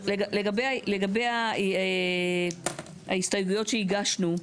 לגבי ההסתייגויות שהגשנו: